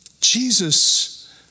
Jesus